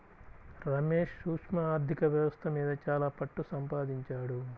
రమేష్ సూక్ష్మ ఆర్ధిక వ్యవస్థ మీద చాలా పట్టుసంపాదించాడు